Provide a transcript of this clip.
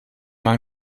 man